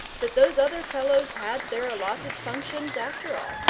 that those other fellows had their allotted functions, after all.